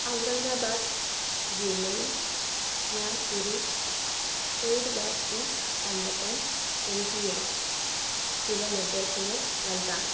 ഔറംഗബാദ് ജില്ലയിൽ ഞാൻ ഒരു പെയ്ഡ് വാക്സിൻ കണ്ടെത്താൻ ശ്രമിക്കുകയാണ് ചില നിർദ്ദേശങ്ങൾ നൽകാമോ